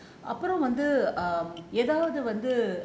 அப்புறம் வந்து எதாவது வந்து:appuram vanthu ethavathu vanthu